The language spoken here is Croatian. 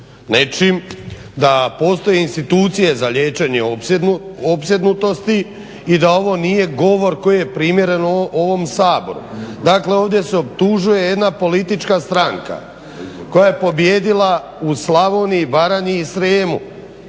nečim da postoje institucije za liječenje opsjednutosti i da ovo nije govor koji je primjeren u ovom Saboru. Dakle, ovdje se optužuje jedna politička stranka koja je pobijedila u Slavoniji, Baranji i Srijemu